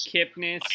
Kipnis